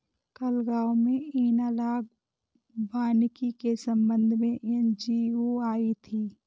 कल गांव में एनालॉग वानिकी के संबंध में एन.जी.ओ आई थी